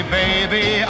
baby